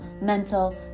mental